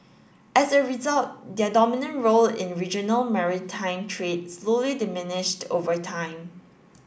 as a result their dominant role in regional maritime trade slowly diminished over time